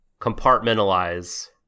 compartmentalize